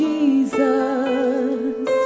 Jesus